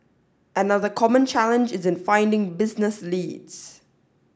another common challenge is in finding business leads